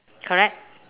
correct